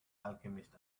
alchemist